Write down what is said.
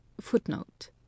Footnote